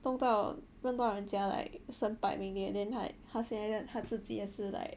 弄到弄到人家 like 身败名裂 then like how to say 他自己也是 like